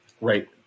Right